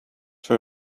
for